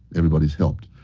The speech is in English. everybody is helped.